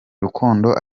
rukundo